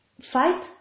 fight